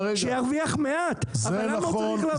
שירוויח מעט אבל למה הוא צריך להפסיד?